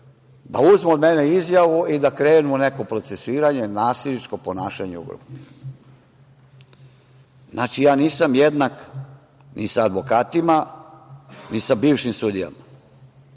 da uzmu od mene izjavu i da krenu u neko procesuiranje, nasilničko ponašanje u grupi. Znači, nisam jednak ni sa advokatima, ni sa bivšim sudijama.